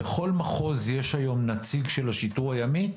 בכל מחוז יש היום נציג של השיטור הימי?